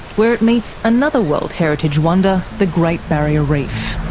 where it meets another world heritage wonder, the great barrier reef.